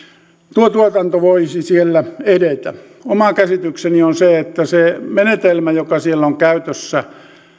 tuotanto voisi siellä edetä oma käsitykseni on se että se menetelmä joka siellä on käytössä